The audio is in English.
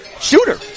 shooter